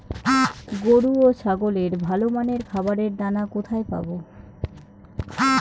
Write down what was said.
গরু ও ছাগলের ভালো মানের খাবারের দানা কোথায় পাবো?